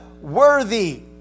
worthy